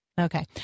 Okay